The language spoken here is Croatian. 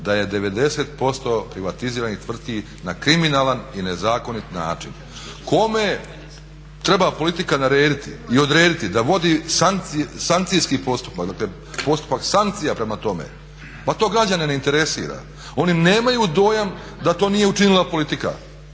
da je 90% privatiziranih tvrtki na kriminalan i nezakonit način. Kome treba politika narediti i odrediti da vodi sankcijski postupak, dakle postupak sankcija prema tome, pa to građane ne interesira. Oni nemaju dojam da to nije učinila politika.